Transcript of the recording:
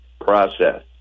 process